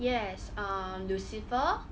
yes um lucifer